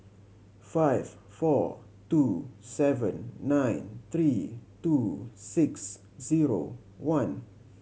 five four two seven nine three two six zero one